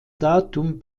datum